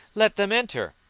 let them enter.